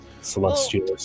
celestial